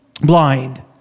blind